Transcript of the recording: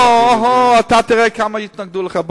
אוה, אתה תראה כמה יתנגדו לך.